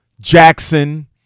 Jackson